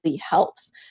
helps